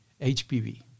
HPV